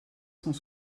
cent